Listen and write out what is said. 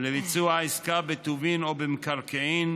לביצוע עסקה בטובין או במקרקעין,